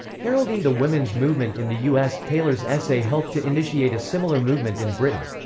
heralding the women's movement in the u s, taylor's essay helped to initiate a similar movement in britain.